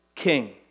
King